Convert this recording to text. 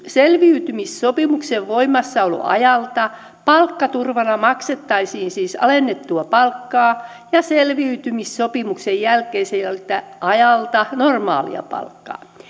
selviytymissopimuksen voimassaoloajalta palkkaturvana maksettaisiin siis alennettua palkkaa ja selviytymissopimuksen jälkeiseltä ajalta normaalia palkkaa